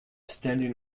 standing